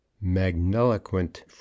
magniloquent